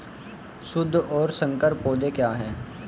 शुद्ध और संकर पौधे क्या हैं?